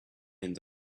and